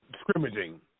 scrimmaging